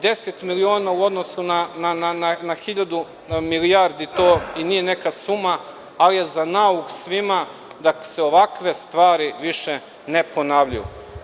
Deset miliona u odnosu na hiljadu milijardi to i nije neka suma, ali je za nauk svima da se ovakve stvari više ne ponavljaju.